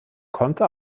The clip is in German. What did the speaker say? konnte